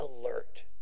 alert